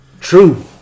True